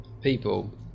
people